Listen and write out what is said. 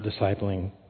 discipling